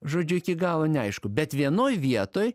žodžiu iki galo neaišku bet vienoj vietoj